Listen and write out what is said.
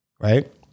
right